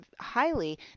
highly